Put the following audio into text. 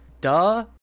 Duh